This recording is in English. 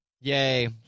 Yay